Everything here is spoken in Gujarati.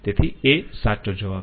તેથી a સાચો જવાબ છે